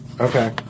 Okay